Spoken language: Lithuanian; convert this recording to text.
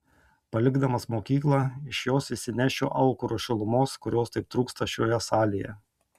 palikdamas mokyklą iš jos išsinešiu aukuro šilumos kurios taip trūksta šioje salėje